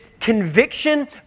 conviction